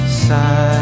side